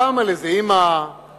פעם על איזו אמא בבית-שמש,